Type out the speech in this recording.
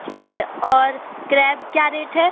ठीक है और क्रैब क्या रेट है